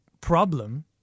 problem